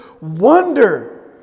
wonder